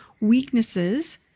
weaknesses